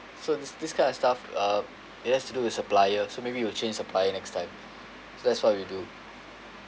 so this this kind of stuff uh it has to do with supplier so maybe we will change supplier next time so that's what we'll do